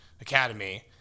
Academy